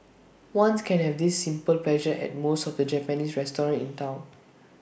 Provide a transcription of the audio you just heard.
ones can have this simple pleasure at most of the Japanese restaurants in Town